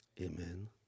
Amen